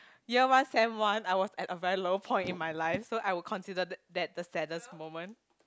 year one sem one I was at a very low point in my life so I would consider that that the saddest moment